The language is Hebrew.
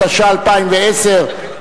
התש"ע 2010,